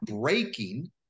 breaking